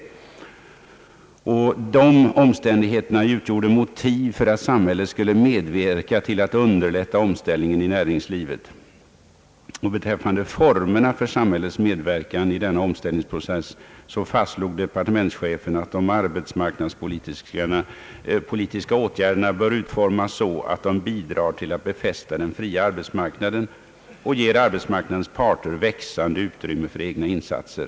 Dessa omständigheter utgjorde motiv för att samhället skulle medverka till att underlätta omställningen i näringslivet. Beträffande formerna för samhällets medverkan i denna omställningsprocess fastslog departementschefen att de arbetsmarknadspolitiska åtgärderna bör utformas så att de bidrar till att befästa den fria arbetsmarknaden och ger arbetsmarknadens parter växande utrymme för egna insatser.